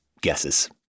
guesses